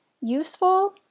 useful